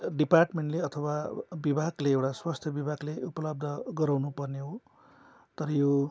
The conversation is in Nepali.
डिपार्टमेन्टले अथवा विभागले एउटा स्वास्थ्य विभागले उपलब्ध गराउनु पर्ने हो तर यो